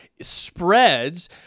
spreads